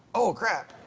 oh, crap!